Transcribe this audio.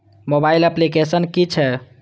Mobile application कि छै?